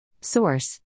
Source